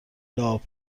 لعاب